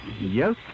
Yes